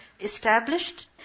established